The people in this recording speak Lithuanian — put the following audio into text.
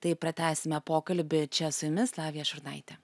tai pratęsime pokalbį čia su jumis lavija šurnaitė